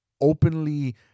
openly